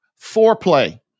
foreplay